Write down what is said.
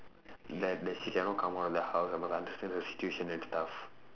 that that she cannot come out of the house I must understand her situation and stuff